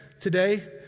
today